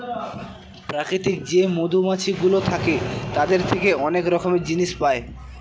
প্রাকৃতিক যে মধুমাছিগুলো থাকে তাদের থেকে অনেক রকমের জিনিস পায়